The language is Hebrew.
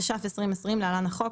התש"ף-2020 (להלן-החוק),